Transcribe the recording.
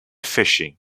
fishing